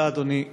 תודה, אדוני.